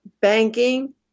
Banking